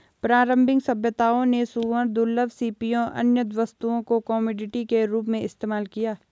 प्रारंभिक सभ्यताओं ने सूअरों, दुर्लभ सीपियों, अन्य वस्तुओं को कमोडिटी के रूप में इस्तेमाल किया